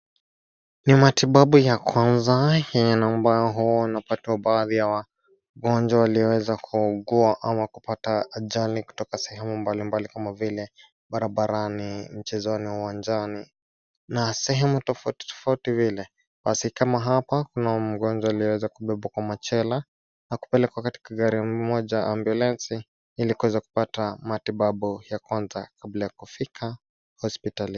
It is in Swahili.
Ni matibabu ya kwanza hini na mbayo hoo na patuwa baadhia wagonjwa liweza kuugua ama kupata ajali kutoka sehemu mbali mbali kama vile barabarani, nchizoni, uwanjani na sehemu tofoti tofoti vile pasi kama hapa kuna wa mgonjwa liweza kubebu kwa machela na kupelekwa katika gari moja ambulensi ilikoza kupata matibabu ya kwanza kabula ya kufika hospitali.